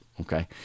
Okay